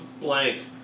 blank